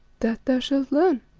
that thou shalt learn,